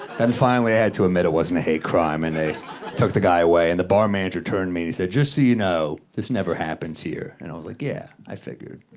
then finally i had to admit it wasn't a hate crime and they took the guy away, and the bar manager turned to me. he said, just so you know, this never happens here. and i was like, yeah, i figured.